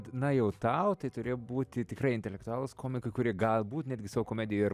na jau tau tai turi būti tikrai intelektualūs komikai kurie galbūt netgi savo komedijoj ir